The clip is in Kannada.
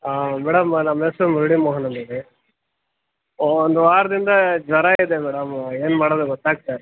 ಹಾಂ ಮೇಡಮ್ ನಮ್ಮ ಹೆಸ್ರು ಮುರಳಿ ಮೋಹನ್ ಅಂತ್ಹೇಳಿ ಒಂದು ವಾರದಿಂದ ಜ್ವರ ಇದೆ ಮೇಡಮ್ ಏನು ಮಾಡೋದು ಗೊತ್ತಾಗ್ತಾ ಇಲ್ಲ